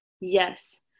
yes